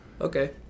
Okay